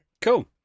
Cool